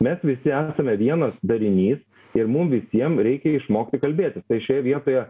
mes visi esame vienas darinys ir mum visiem reikia išmokti kalbėtis tai šioje vietoje